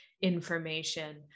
information